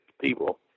people